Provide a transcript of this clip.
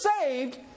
saved